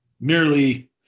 merely